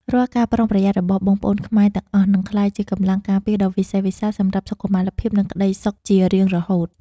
រាល់ការប្រុងប្រយ័ត្នរបស់បងប្អូនខ្មែរទាំងអស់ បានក្លាយជាកម្លាំងការពារដ៏វិសេសវិសាលសម្រាប់សុខុមាលភាព និងក្តីសុខជារៀងរហូត។